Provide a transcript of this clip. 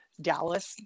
Dallas